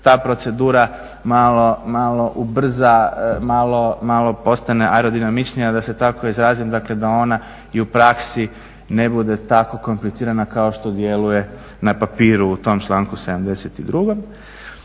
ta procedura malo ubrza, malo postane aerodinamičnija, da se tako izrazim, dakle da ona i u praksi ne bude tako komplicirana kao što djeluje na papiru u tom članku 72.